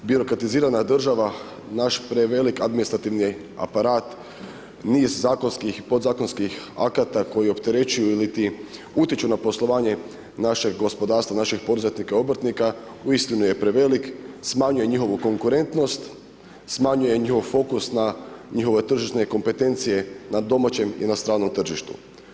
Birokratizirana država, naš prevelik administrativni aparat, niz zakonskih i podzakonskih akata koji opterećuju iliti utječu na poslovanje našeg gospodarstva, našeg poduzetnika i obrtnika, uistinu je prevelik, smanjuje njihovu konkurentnost, smanjuje njihov foku na njihove tržišne kompetencije na domaćem i na stranom tržištu.